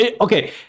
okay